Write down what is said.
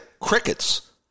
crickets